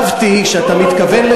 חשבתי שאתה מתכוון,